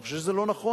אני חושב שזה לא נכון.